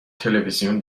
تلویزیون